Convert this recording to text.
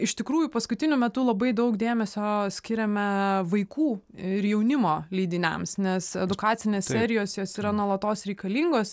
iš tikrųjų paskutiniu metu labai daug dėmesio skiriame vaikų ir jaunimo leidiniams nes edukacinės serijos jos yra nuolatos reikalingos